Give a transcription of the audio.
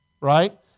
right